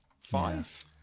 Five